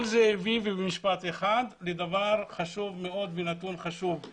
כל זה הביא לדבר חשוב מאוד ונתון חשוב.